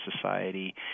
society